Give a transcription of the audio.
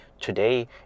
today